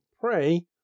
pray